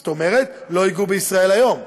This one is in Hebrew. זאת אומרת לא יגעו ב"ישראל היום".